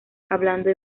hablando